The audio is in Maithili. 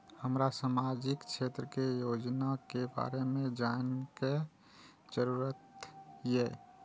हमरा सामाजिक क्षेत्र के योजना के बारे में जानय के जरुरत ये?